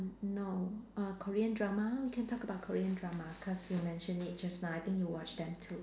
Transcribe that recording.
no uh Korean drama we can talk about Korean drama cause you mentioned it just now I think you watch them too